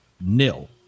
nil